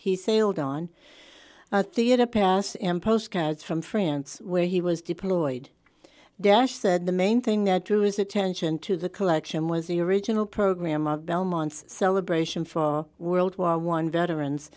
he sailed on a theater pass in postcards from france where he was deployed dash that the main thing that drew his attention to the collection was the original program of belmont's celebration for world war one veterans